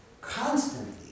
constantly